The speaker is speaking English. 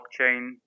blockchain